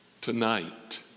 Tonight